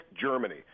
germany